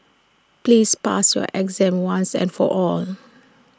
please pass your exam once and for all